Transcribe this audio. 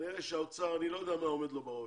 כנראה שהאוצר, אני לא יודע מה עומד לו בראש,